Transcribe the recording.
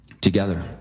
together